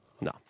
No